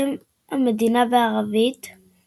שם המדינה בערבית, إسرائيل,